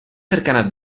cercanas